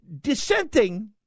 dissenting